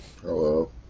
Hello